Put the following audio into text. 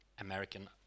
American